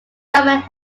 government